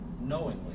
knowingly